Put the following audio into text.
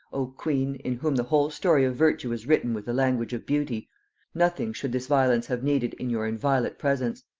o queen! in whom the whole story of virtue is written with the language of beauty nothing should this violence have needed in your inviolate presence.